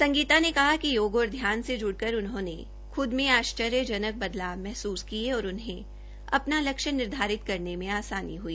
संगीता ने कहा कि योग और ध्यान से जुडकर उन्होंने खुद में आश्चर्यजनक बदलाव महसूस किए और उन्हें अपने लक्ष्य निर्धारित करने में आसानी हुई